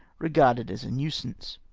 regarded as a nuisance.